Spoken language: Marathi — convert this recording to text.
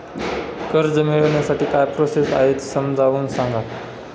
कर्ज मिळविण्यासाठी काय प्रोसेस आहे समजावून सांगा